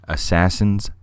Assassin's